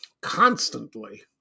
constantly